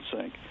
sink